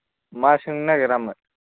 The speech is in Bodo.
मा सोंनो नागेरामोन